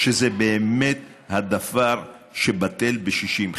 שזה באמת דבר שבטל בשישים.